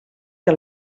que